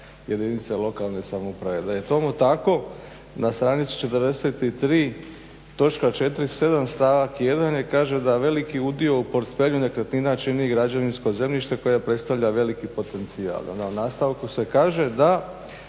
jedinice lokalne samouprave. Da je tomu tako na stranici 43 točka 47. stavak 1. kaže da veliki udio u portfelju nekretnina čini građevinsko zemljište koje predstavlja veliki potencijal, onda u nastavku se kaže da